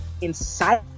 inside